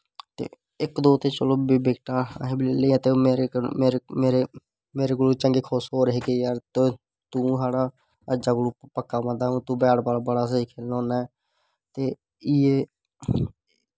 इक दो ते चलो बिकटां ले ते मेरे कोलूं चंगे खुश होआ दे ही तूं साढ़ा अज्जा कोलूं पक्का बंदा हून तूं बैटबॉल बड़ा स्हेई खेलना होन्ना ते इयै